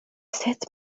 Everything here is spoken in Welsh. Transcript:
sut